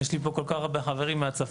יש לי פה כל כך הרבה חברים מהצפון,